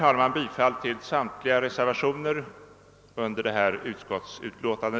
Jag yrkar bifall till samtliga reservationer vid detta utskottsutlåtande.